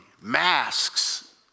masks